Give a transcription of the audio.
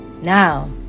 Now